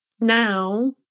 now